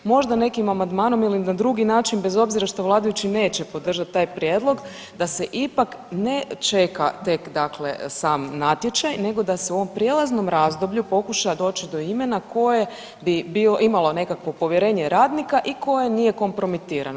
Možda nekim amandmanom ili na drugi način bez obzira što vladajući neće podržati taj prijedlog da se ipak ne čeka tek dakle sam natječaj, nego da se u ovom prijelaznom razdoblju pokuša doći do imena koje bi imalo nekakvo povjerenje radnika i koje nije kompromitirano.